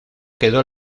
quedó